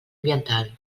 ambiental